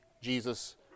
Jesus